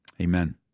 amen